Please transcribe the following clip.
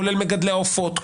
כולל מגדלי העופות,